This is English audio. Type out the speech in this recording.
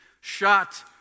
shot